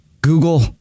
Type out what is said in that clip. Google